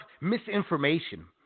misinformation